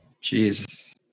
Jesus